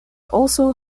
also